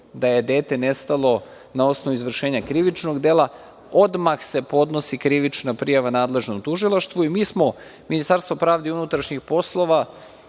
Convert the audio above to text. da je dete nestalo na osnovu izvršenja krivičnog dela, odmah se podnosi krivična prijava nadležnom tužilaštvuMinistarstvo pravde i MUP, a